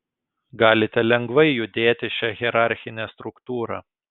galite lengvai judėti šia hierarchine struktūra